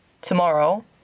tomorrow